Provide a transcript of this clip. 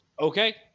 Okay